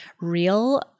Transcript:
real